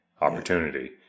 Opportunity